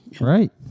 Right